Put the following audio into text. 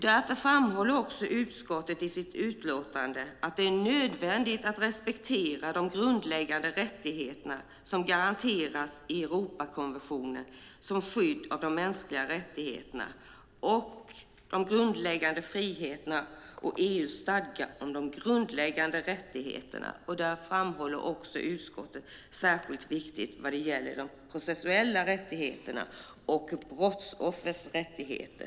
Därför framhåller också utskottet i sitt utlåtande att det är nödvändigt att respektera de grundläggande rättigheterna som garanteras i Europakonventionen om skydd av de mänskliga rättigheterna och de grundläggande friheterna och EU:s stadga om de grundläggande rättigheterna. Utskottet framhåller att det är särskilt viktig vad gäller processuella rättigheter och brottsoffers rättigheter.